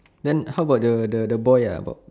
then how about the the the boy ah about